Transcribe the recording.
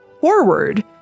forward